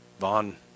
Vaughn